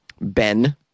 Ben